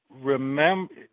remember –